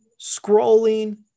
scrolling